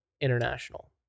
international